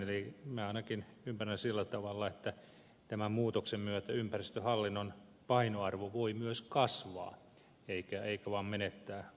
minä ainakin ymmärrän sillä tavalla että tämän muutoksen myötä ympäristöhallinnon painoarvo voi myös kasvaa eikä se voi vain menettää vaikutusvaltaansa